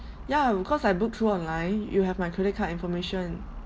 ya because I booked through online you have my credit card information